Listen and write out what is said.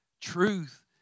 Truth